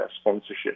sponsorship